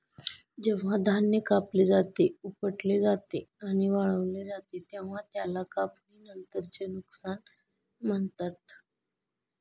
जेव्हा धान्य कापले जाते, उपटले जाते आणि वाळवले जाते तेव्हा त्याला काढणीनंतरचे नुकसान म्हणतात